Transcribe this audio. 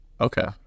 Okay